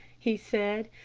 he said.